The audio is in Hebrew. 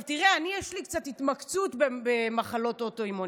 לי יש קצת התמקצעות במחלות אוטואימוניות,